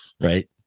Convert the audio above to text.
Right